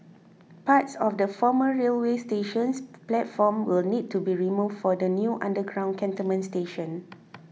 parts of the former railway station's platform will need to be removed for the new underground cantonment station